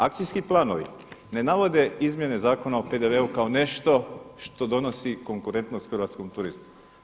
Akcijski planovi ne navode izmjene Zakona o PDV-u kao nešto što donosi konkurentnost hrvatskom turizmu.